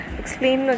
explain